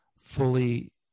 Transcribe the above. fully